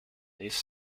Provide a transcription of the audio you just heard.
these